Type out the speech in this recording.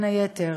בין היתר,